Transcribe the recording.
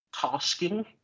tasking